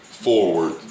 Forward